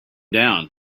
down